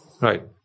Right